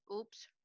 Oops